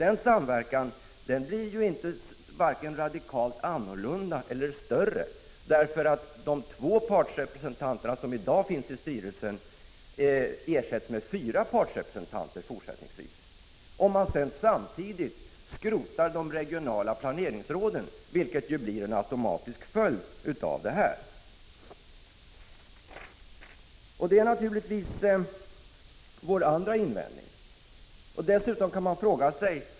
Denna samverkan blir inte vare sig radikalt annorlunda eller mer omfattande därför att de två partsrepresentanter som i dag finns i styrelsen fortsättningsvis ersätts med fyra partsrepresentanter, om man samtidigt skrotar de regionala planeringsråden, vilket ju blir en automatisk följd av detta. Det är vår andra invändning.